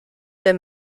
der